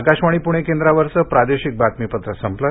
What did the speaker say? आकाशवाणी पृणे केंद्रावरचं प्रादेशिक बातमीपत्र संपलं